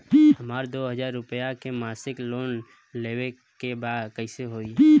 हमरा दो हज़ार रुपया के मासिक लोन लेवे के बा कइसे होई?